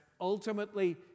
ultimately